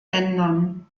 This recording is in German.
ändern